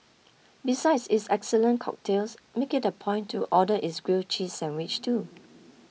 besides its excellent cocktails make it a point to order its grilled cheese sandwich too